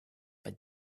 but